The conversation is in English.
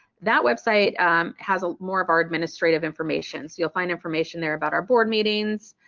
that website has ah more of our administrative information. so you'll find information there about our board meetings,